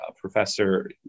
professor